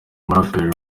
umuraperi